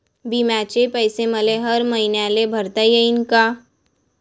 बिम्याचे पैसे मले हर मईन्याले भरता येईन का?